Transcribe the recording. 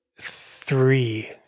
three